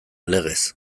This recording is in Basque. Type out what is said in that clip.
legez